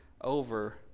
over